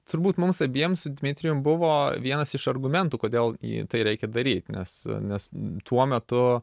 turbūt mums abiems su dmitrijum buvo vienas iš argumentų kodėl jį tai reikia daryt nes nes tuo metu